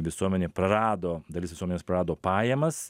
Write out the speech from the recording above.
visuomenė prarado dalis visuomenės prarado pajamas